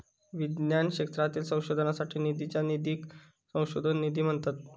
विज्ञान क्षेत्रातील संशोधनासाठी निधीच्या निधीक संशोधन निधी म्हणतत